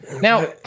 Now